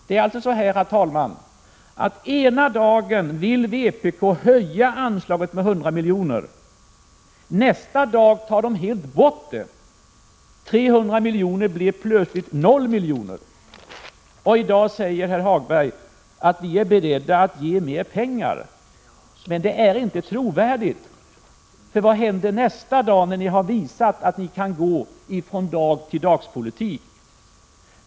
Det är alltså så här, herr talman: Ena dagen vill vpk höja anslaget med 100 milj.kr., nästa dag tar man helt bort det. 300 miljoner blir plötsligt noll miljoner. I dag säger herr Hagberg att ”vi är beredda att ge mer pengar”. Men det är inte trovärdigt. För vad händer nästa dag, när ni har visat att ni 3 kan föra från-dag-till-dag-politik?